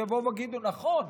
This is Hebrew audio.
שיבואו ויגידו: נכון,